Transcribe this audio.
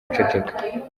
guceceka